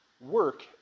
work